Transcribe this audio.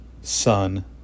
son